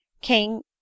king